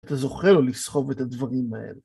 אתה זוכר לא לסחוב את הדברים האלה.